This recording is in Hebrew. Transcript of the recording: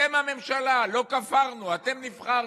אתם הממשלה, לא כפרנו, אתם נבחרתם.